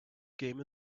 game